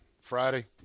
Friday